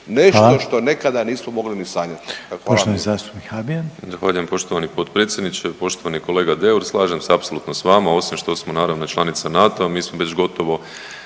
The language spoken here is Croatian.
nešto što nekada nismo mogli ni sanjati.